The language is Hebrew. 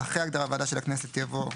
אחרי ההגדרה "ועדה של הכנסת" יבוא: